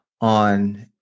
on